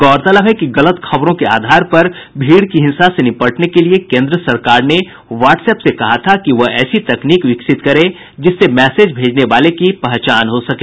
गौरतलब है कि गलत खबरों के आधार पर भीड़ की हिंसा से निपटने के लिये केंद्र सरकार ने व्हाट्सएप्प से कहा था कि वह ऐसी तकनीक विकसित करे जिससे मैसेज भेजने वाले की पहचान हो सके